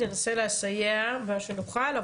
ננסה לסייע במה שנוכל,